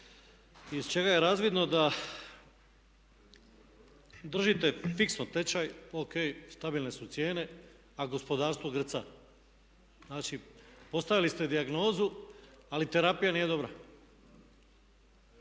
iz čega je razvidno da držite fiksno tečaj. Ok, stabilne su cijene, a gospodarstvo grca. Znači, postavili ste dijagnozu ali terapija nije dobra.